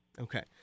Okay